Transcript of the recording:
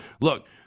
look